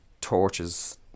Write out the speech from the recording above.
torches